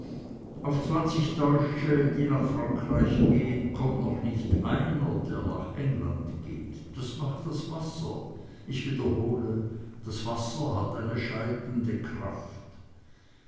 auf zwanzig deutsche die nach frankreich gehen kommt noch nicht einer der nach england geht das macht das wasser ich wiederhole das wasser hat eine scheidende kraft